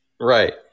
right